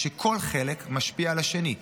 וכל חלק משפיע על השני.